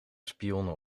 spionnen